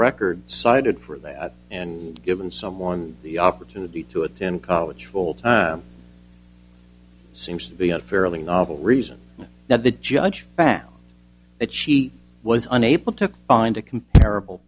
record cited for that and given someone the opportunity to attend college full time seems to be a fairly novel reason now the judge found that she was unable to find a comparable